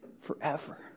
forever